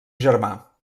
germà